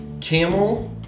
Camel